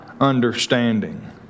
understanding